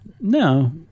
No